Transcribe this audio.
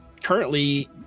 Currently